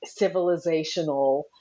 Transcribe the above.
civilizational